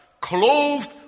Clothed